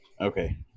okay